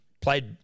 played